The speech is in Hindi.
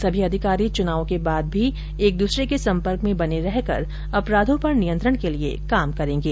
सभी अधिकारी चुनावों के बाद भी एक दूसरे के सम्पर्क में बने रहकर अपराधों पर नियंत्रण के लिए कार्य करेंगे